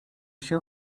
się